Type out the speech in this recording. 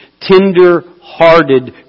tender-hearted